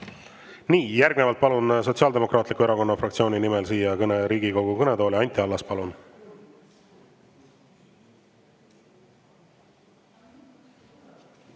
Aitäh! Järgnevalt palun Sotsiaaldemokraatliku Erakonna fraktsiooni nimel siia Riigikogu kõnetooli Anti Allase. Palun!